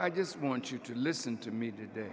i just want you to listen to me today